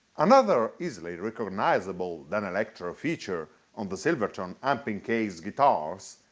another easily recognizable danelectro feature on the silvertone amp-in-case guitars,